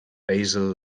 basel